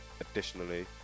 Additionally